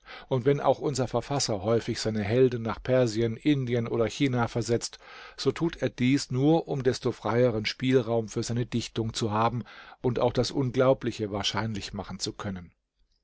und wenn auch unser verfasser häufig seine helden nach persien indien oder china versetzt so tut er dies nur um desto freieren spielraum für seine dichtung zu haben und auch das unglaubliche wahrscheinlich machen zu können